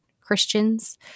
Christians